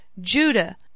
Judah